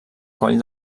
coll